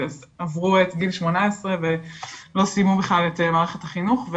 עברו את גיל 18 ולא סיימו בכלל את מערכת החינוך.